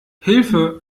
hilfe